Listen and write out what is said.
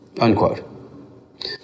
Unquote